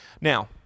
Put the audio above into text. Now